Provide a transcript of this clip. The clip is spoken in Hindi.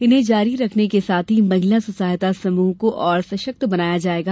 इन्हें जारी रखने के साथ ही महिला स्वसहायता समूह को और सशक्त बनाया जायेगा